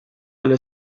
alle